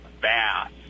bass